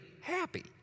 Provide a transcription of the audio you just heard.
happy